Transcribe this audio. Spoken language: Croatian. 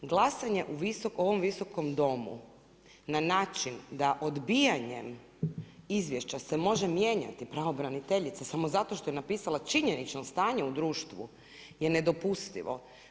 Glasanje u ovom Visokom domu, na način, da odbijanjem izvješća se može mijenjati pravobraniteljica, samo zato što je napisala činjenično stanje u društvu je nedopustivo.